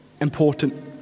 important